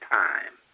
time